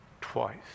twice